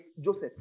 Joseph